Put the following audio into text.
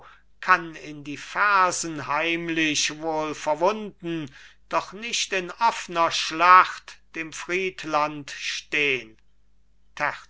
kann in die fersen heimlich wohl verwunden doch nicht in offner schlacht dem friedland stehn